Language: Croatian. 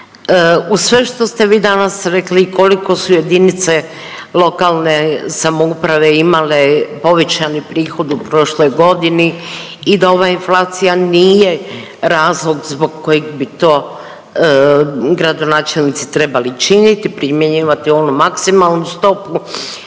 Uz sve što ste vi danas rekli i koliko su jedinice lokalne samouprave imale povećani prihod u prošloj godini i da ova inflacija nije razlog zbog kojeg bi to gradonačelnici trebali čini, primjenjivati onu maksimalnu stopu.